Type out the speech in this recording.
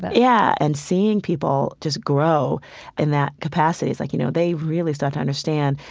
but yeah, and seeing people just grow in that capacity, it's like, you know, they really start to understand,